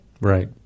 Right